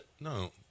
No